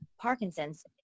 Parkinson's